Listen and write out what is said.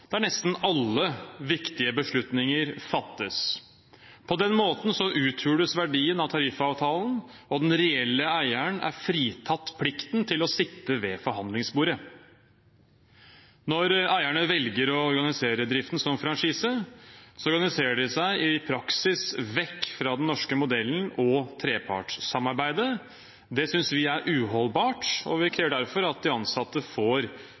der nesten alle viktige beslutninger fattes. På den måten uthules verdien av tariffavtalen, og den reelle eieren er fritatt fra plikten til å sitte ved forhandlingsbordet. Når eierne velger å organisere bedriften som franchisebedrift, organiserer de seg i praksis vekk fra den norske modellen og trepartssamarbeidet. Det synes vi er uholdbart, og vi krever derfor at de ansatte får